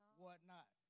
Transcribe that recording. whatnot